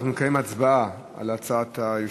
אנחנו נקיים הצבעה על הצעת היושבת-ראש.